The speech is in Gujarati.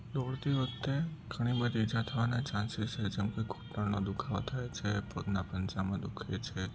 દોડતી વખતે ઘણી બધી ઈજા થવાના ચાન્સીસ રે જેમ કે ઘૂંટણનો દુ ખાવો થાય છે પગના પંજામાં દુ ખે છે